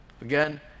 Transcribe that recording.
again